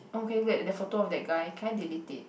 oh-my-god can you look at that photo of that guy can I delete it